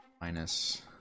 Minus